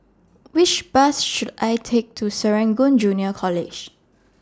Which Bus should I Take to Serangoon Junior College